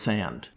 Sand